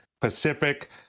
Pacific